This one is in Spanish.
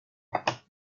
aves